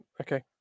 okay